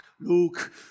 Luke